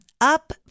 Up